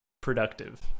productive